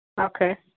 Okay